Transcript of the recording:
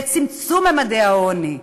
לצמצום ממדי העוני,